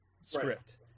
script